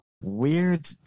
Weird